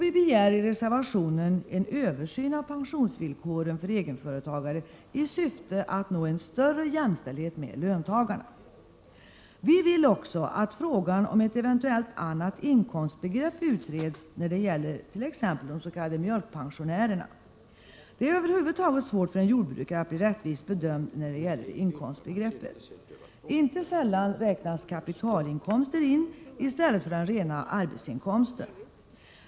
Vi begär i reservationen en översyn av pensionsvillkoren för egenföretagare i syfte att nå en större jämställdhet med löntagare. Vi vill också att frågan om ett eventuellt annat inkomstbegrepp utreds när det gällert.ex. mjölkpensionärerna. Det är över huvud taget svårt för en jordbrukare att bli rättvist bedömd när det gäller inkomstbegreppet. Inte sällan räknas kapitalinkomster in, utöver den rena arbetsinkomsten.